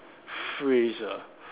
phrase ah